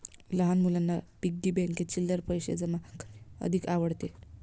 लहान मुलांना पिग्गी बँकेत चिल्लर पैशे जमा करणे अधिक आवडते